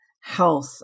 health